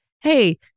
Hey